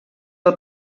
del